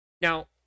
Now